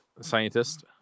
scientist